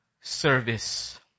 service